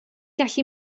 gallu